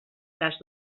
cas